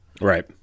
Right